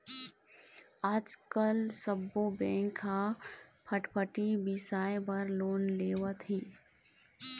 आजकाल सब्बो बेंक ह फटफटी बिसाए बर लोन देवत हे